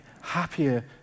happier